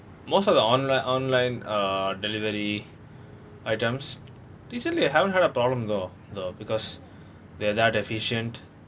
most of the online online uh delivery items recently I haven't had a problem though though because they're that efficient